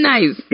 Nice